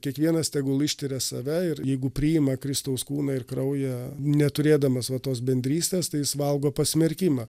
kiekvienas tegul ištiria save ir jeigu priima kristaus kūną ir kraują neturėdamas va tos bendrystės tai jis valgo pasmerkimą